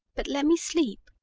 but let me sleep.